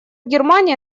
германия